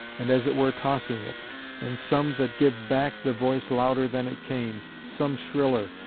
and as it were tossing it and some that give back the voice louder than it came, some shriller,